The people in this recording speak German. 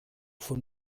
von